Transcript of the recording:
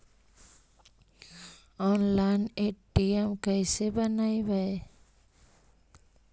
Online ATM card कैसे बनाबौ?